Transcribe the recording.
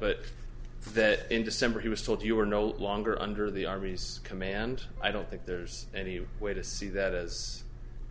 but that in december he was told you are no longer under the army's command i don't think there's any way to see that as